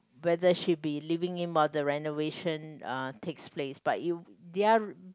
whether she be living in while the renovation uh takes place but it their